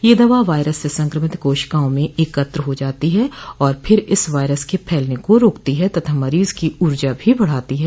यह दवा वायरस से संक्रमित कोशिकाओं में एकत्र हो जाती है और फिर इस वायरस के फैलने को रोकती है तथा मरीज की ऊर्जा भी बढ़ाती है